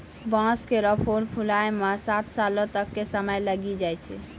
बांस केरो फूल फुलाय म साठ सालो तक क समय लागी जाय छै